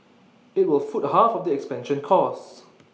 IT will foot half of the expansion costs